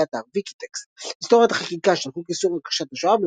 באתר ויקיטקסט היסטוריית החקיקה של חוק איסור הכחשת השואה,